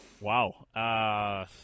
Wow